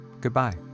Goodbye